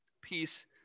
Peace